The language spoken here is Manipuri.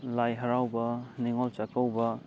ꯂꯥꯏ ꯍꯔꯥꯎꯕ ꯅꯤꯉꯣꯜ ꯆꯥꯛꯀꯧꯕ